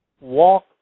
Walk